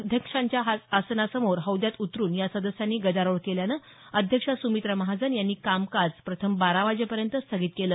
अध्यक्षांच्या आसनासमोर हौद्यात उतरुन या सदस्यांनी गदारोळ केल्यानं अध्यक्ष सुमित्रा महाजन यांनी कामकाज प्रथम बारा वाजेपर्यंत स्थगित केलं